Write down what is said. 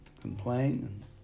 complain